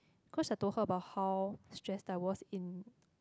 cause I told her about how stressed I was in